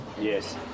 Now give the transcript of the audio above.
Yes